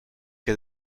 que